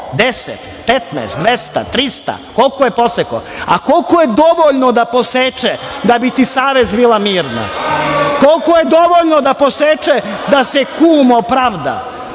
10, 15, 200, 300? Koliko je posekao, a koliko je dovoljno da poseče da bi ti savest bila mirna? Koliko je dovoljno da poseče da se kum opravda?